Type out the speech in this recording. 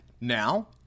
Now